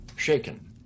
shaken